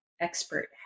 expert